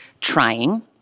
trying